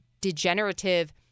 degenerative